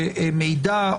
הסטטיסטיקות,